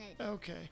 Okay